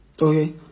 Okay